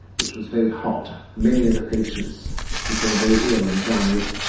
which was very hot, many of the patients became very ill and died,